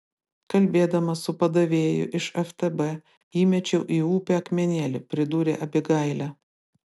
kalbėdama su padavėju iš ftb įmečiau į upę akmenėlį pridūrė abigailė